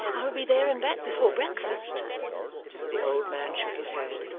i will be there and back, before breakfast the old man shook his head,